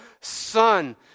Son